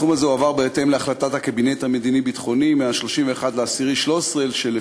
הסכום הזה הועבר לפי החלטת הקבינט המדיני-ביטחוני מ-31 באוקטובר 2013,